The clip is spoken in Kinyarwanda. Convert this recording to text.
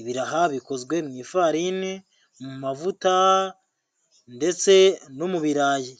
ibiraha bikozwe mu ifarine, mu mavuta ndetse no mu birarayi.